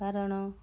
କାରଣ